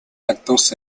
actos